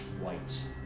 white